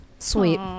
sweet